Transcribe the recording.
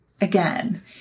again